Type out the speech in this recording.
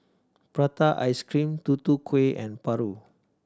prata ice cream Tutu Kueh and paru